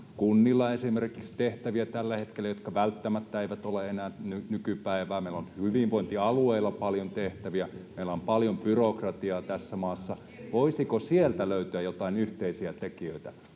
on paljon esimerkiksi myös kunnilla tällä hetkellä tehtäviä, jotka välttämättä eivät ole enää nykypäivää. Meillä on hyvinvointialueilla paljon tehtäviä. Meillä on paljon byrokratiaa tässä maassa. [Eveliina Heinäluoma: Liikunta,